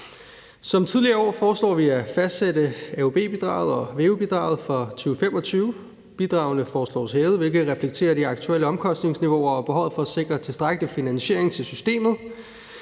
Som i tidligere år foreslår vi at fastsætte AUB-bidraget og VEU-bidraget for 2025. Bidragene foreslås hævet, hvilket reflekterer de aktuelle omkostningsniveauer og behovet for at sikre tilstrækkelig finansiering til systemet.